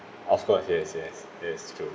of course yes yes yes true